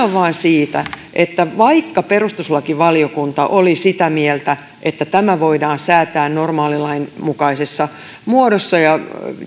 siitä että vaikka perustuslakivaliokunta oli sitä mieltä että tämä voidaan säätää normaalilain mukaisessa muodossa ja